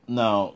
now